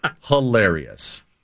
hilarious